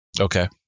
Okay